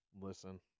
listen